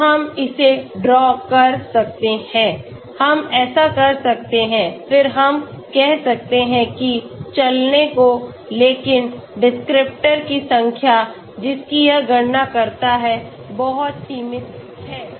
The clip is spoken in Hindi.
तो हम इसे ड्रॉ कर सकते हैं हम ऐसा कर सकते हैं फिर हम कह सकते हैं कि चलने को लेकिन डिस्क्रिप्टर की संख्याजिसकी यह गणना करता है बहुत सीमित हैं